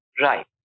right